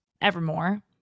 evermore